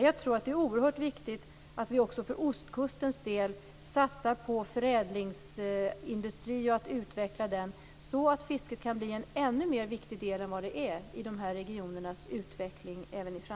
Jag tror att det är oerhört viktigt att vi också för ostkustens del satsar på att utveckla förädlingsindustrin, så att fisket i framtiden kan bli en ännu viktigare del än vad det nu är för de här regionerna.